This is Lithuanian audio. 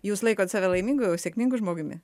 jūs laikot save laimingu jau sėkmingu žmogumi